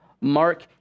Mark